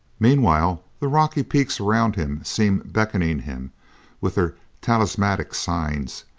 meanwhile, the rocky peaks around him seemed beckoning him with their talismanic signs,